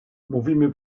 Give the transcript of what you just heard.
mówimy